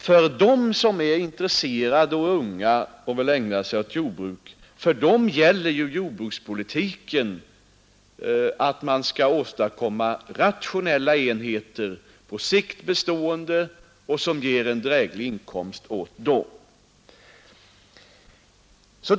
För dem som är intresserade och unga och vill ägna sig åt jordbruk gäller ju jordbrukspolitiken, att man skall åstadkomma rationella enheter, som är på sikt bestående och som ger en dräglig inkomst åt brukaren.